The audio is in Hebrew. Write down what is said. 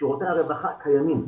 שירותי הרווחה קיימים.